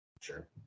Sure